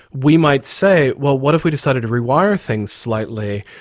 we might say, well what if we decided to rewire things slightly?